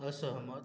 असहमत